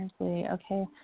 Okay